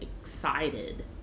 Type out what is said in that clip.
excited